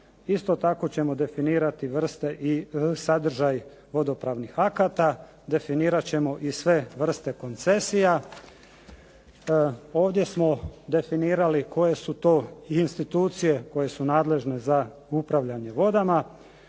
Isto tako ćemo definirati vrste i sadržaj vodopravnih akata, definirat ćemo i sve vrste koncesija. Ovdje smo definirali koje su to institucije koje su nadležne za upravljanje vodama.